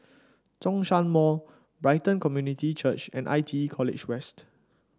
Zhongshan Mall Brighton Community Church and I T E College West